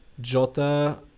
Jota